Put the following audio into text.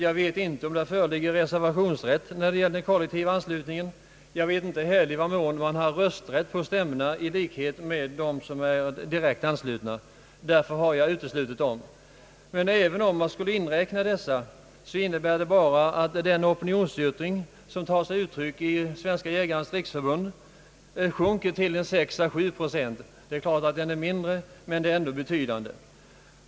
Jag vet inte om det föreligger reservationsrätt när det gäller den kollektiva anslutningen, och jag vet inte heller i vad mån de har rösträtt på stämmorna i likhet med dem som är direkt anslutna. Därför har jag uteslutit dessa. även om man skall inräkna dem innebär det bara att den opinionsyttring som tar sig uttryck i Jägarnas riksförbund sjunker till 6 å 7 procent. Den siffran är givetvis mindre, men den är ändå betydande.